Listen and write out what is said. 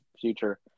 future